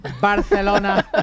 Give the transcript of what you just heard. Barcelona